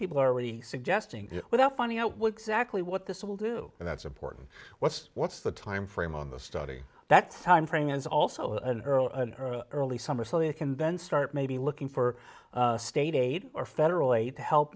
people are already suggesting without finding out what exactly what this will do and that's important what's what's the timeframe on the study that found frame is also an early early summer so you can then start maybe looking for state aid or federal aid to help